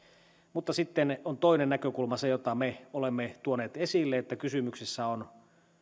mutta sitten on toinen näkökulma se jota me olemme tuoneet esille että kysymyksessä on